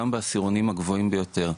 גם בעשירונים הגבוהים ביותר,